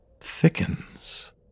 thickens